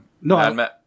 No